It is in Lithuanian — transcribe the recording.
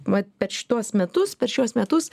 vat per šituos metus per šiuos metus